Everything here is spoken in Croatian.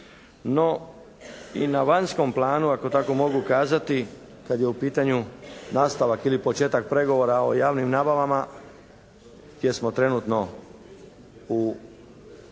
no i na vanjskom planu ako tako mogu kazati kad je u pitanju nastavak ili početak pregovora o javnim nabavama, jer smo trenutno u poziciji